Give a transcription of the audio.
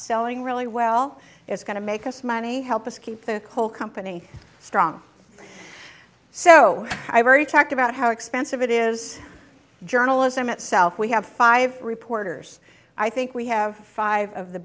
selling really well it's going to make us money help us keep the whole company strong so i very talked about how expensive it is journalism itself we have five reporters i think we have five of the